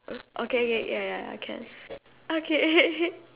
okay okay ya ya I can okay